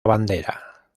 bandera